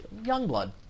Youngblood